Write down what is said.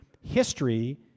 history